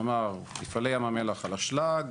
כלומר מפעלי ים המלח על אשלג,